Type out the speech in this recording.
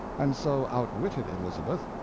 and so outwitted elizabeth,